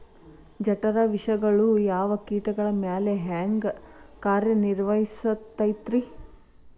ಜಠರ ವಿಷಗಳು ಯಾವ ಕೇಟಗಳ ಮ್ಯಾಲೆ ಹ್ಯಾಂಗ ಕಾರ್ಯ ನಿರ್ವಹಿಸತೈತ್ರಿ?